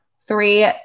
three